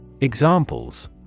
Examples